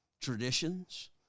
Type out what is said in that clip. traditions